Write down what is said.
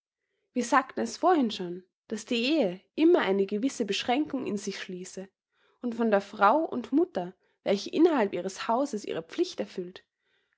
wir sagten es vorhin schon daß die ehe immer eine gewisse beschränkung in sich schließe und von der frau und mutter welche innerhalb ihres hauses ihre pflicht erfüllt